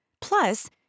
Plus